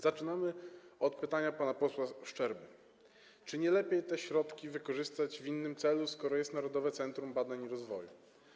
Zaczynamy od pytania pana posła Szczerby: Czy nie lepiej te środki wykorzystać w innym celu, skoro jest Narodowe Centrum Badań i Rozwoju?